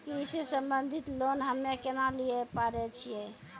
कृषि संबंधित लोन हम्मय केना लिये पारे छियै?